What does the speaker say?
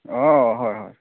অঁ হয় হয়